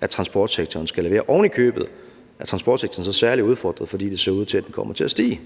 at transportsektoren skal levere, og transportsektoren er ovenikøbet særlig udfordret, fordi det ser ud til, at udledningen kommer til at stige,